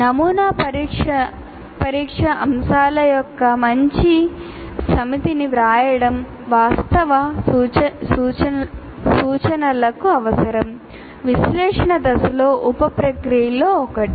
నమూనా పరీక్షా అంశాల యొక్క మంచి సమితిని వ్రాయడం వాస్తవ సూచనలకు అవసరం విశ్లేషణ దశలో ఉప ప్రక్రియలలో ఒకటి